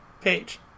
page